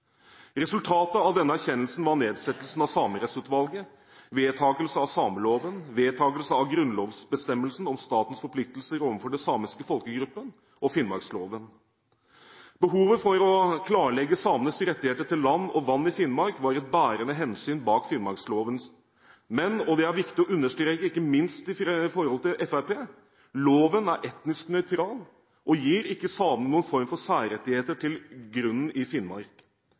Resultatet av denne erkjennelsen var nedsettelsen av Samerettsutvalget, vedtakelse av sameloven, vedtakelsen av grunnlovsbestemmelsen om statens forpliktelser overfor den samiske folkegruppen og finnmarksloven. Behovet for å klarlegge samenes rettigheter til land og vann i Finnmark var et bærende hensyn bak finnmarksloven, men – og det er det viktig å understreke ikke minst i forhold til Fremskrittspartiet – loven er etnisk nøytral og gir ikke samene noen form for særrettigheter til grunnen i Finnmark.